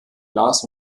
glas